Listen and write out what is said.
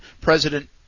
President